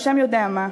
והשם יודע מה.